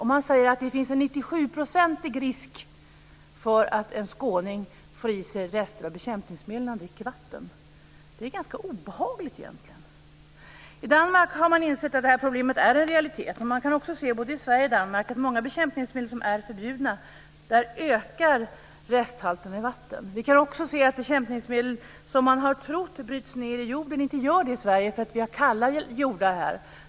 Man säger att det finns en 97-procentig risk för att en skåning får i sig rester av bekämpningsmedel när han dricker vatten. Det är ganska obehagligt egentligen. I Danmark har man insett att det här problemet är en realitet. Vi kan också se, både i Sverige och i Danmark, att när det gäller många bekämpningsmedel som är förbjudna ökar resthalten i vatten. Vi kan också se att bekämpningsmedel som vi har trott bryts ned i jorden inte gör det i Sverige, eftersom vi har kallare jordar här.